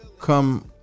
come